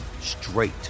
straight